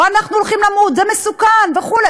או: אנחנו הולכים למות, זה מסוכן וכו'.